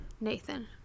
Nathan